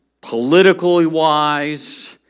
politically-wise